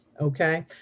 Okay